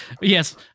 Yes